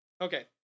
Okay